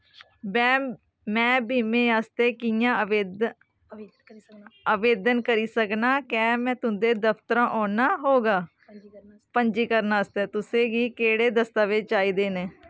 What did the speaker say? में बीमे आस्तै कि'यां आवेदन करी सकनां क्या में तुं'दे दफ्तर औना होग पंजीकरण आस्तै तुसें गी केह्ड़े दस्तावेज चाहिदे न